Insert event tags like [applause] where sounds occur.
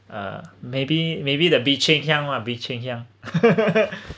uh maybe maybe the Bee Cheng Hiang lah Bee Cheng Hiang [laughs]